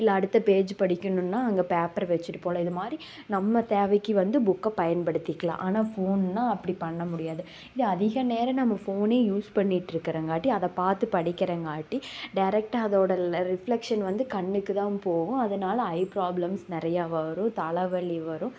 இல்லை அடுத்த பேஜ் படிக்கணுன்னால் அங்கே பேப்பர் வச்சுட்டு போகலாம் இதுமாதிரி நம்ம தேவைக்கு வந்து புக்கை பயன்படுத்திக்கலாம் ஆனால் ஃபோன்னால் அப்படி பண்ண முடியாது இது அதிக நேரம் நம்ம ஃபோனே யூஸ் பண்ணிட்டு இருக்கறங்காட்டி அதை பார்த்து படிக்கிறங்காட்டி டேரெக்டாக அதோடய ரிஃப்லெக்ஷன் வந்து கண்ணுக்குத் தான் போகும் அதனால ஐ ப்ராப்ளம்ஸ் நிறையா வரும் தலைவலி வரும்